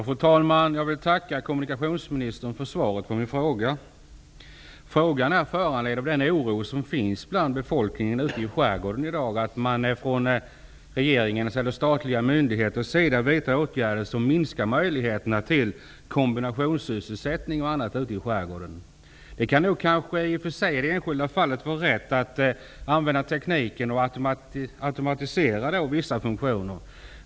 Fru talman! Jag vill tacka kommunikationsministern för svaret på min fråga. Frågan är föranledd av den oro som finns bland befolkningen ute i skärgården i dag, att man från regeringens eller statliga myndigheters sida vidtar åtgärder som minskar möjligheterna till bl.a. I och för sig kan det nog i det enskilda fallet vara rätt att använda tekniken att automatisera vissa funktioner.